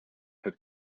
had